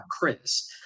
Chris